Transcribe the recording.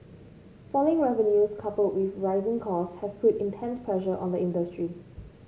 falling revenues coupled with rising cost have put intense pressure on the industry